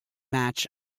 match